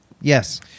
Yes